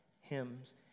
hymns